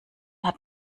hat